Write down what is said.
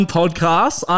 podcast